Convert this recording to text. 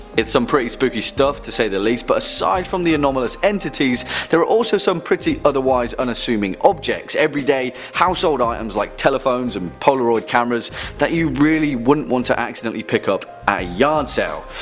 it's some pretty spooky stuff, to say the least. but aside from the anomalous entities there are also some pretty otherwise unassuming objects everyday household items like telephones and polaroid cameras that you really wouldn't want to accidently pick up at a yard sale.